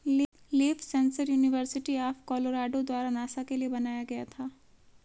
leaf sensor university of Colorado द्वारा NASA के लिए बनाया गया था